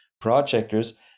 projectors